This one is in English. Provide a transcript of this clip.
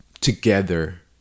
together